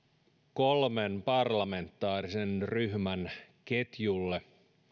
kolmen parlamentaarisen ryhmän ketjuun